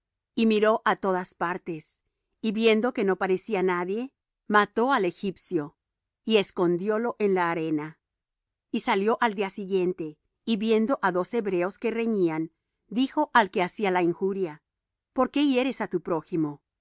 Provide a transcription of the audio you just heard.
y miró á todas partes y viendo que no parecía nadie mató al egipcio y escondiólo en la arena y salió al día siguiente y viendo á dos hebreos que reñían dijo al que hacía la injuria por qué hieres á tu prójimo